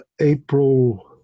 April